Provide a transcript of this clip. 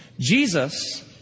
Jesus